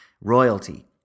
royalty